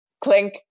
Clink